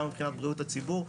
גם מבחינת בריאות הציבור,